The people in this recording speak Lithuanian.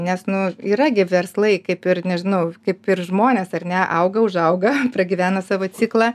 nes nu yra gi verslai kaip ir nežinau kaip ir žmonės ar ne auga užauga pragyvena savo ciklą